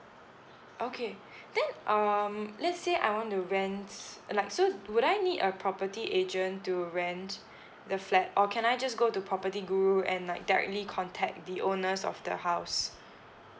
okay then um let's say I want to rent like so would I need a property agent to rent the flat or can I just go to property guru and like directly contact the owners of the house